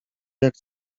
jak